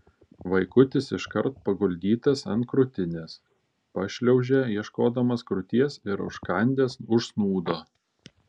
vaikutis iškart paguldytas ant krūtinės pašliaužė ieškodamas krūties ir užkandęs užsnūdo